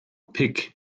pig